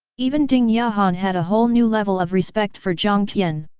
even ding yahan had a whole new level of respect for jiang tian.